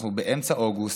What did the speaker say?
אנחנו באמצע אוגוסט,